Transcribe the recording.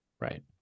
Right